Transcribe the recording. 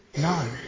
No